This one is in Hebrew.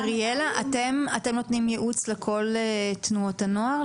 אריאלה, אתם נותנים ייעוץ לכל תנועות הנוער?